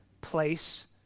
place